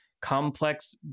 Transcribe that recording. complex